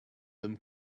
them